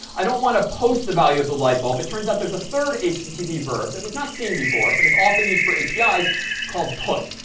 i don't want to post the value of the light bulb. it turns out there's a third http verb that we've not seen before, but it's often used for apis, called put.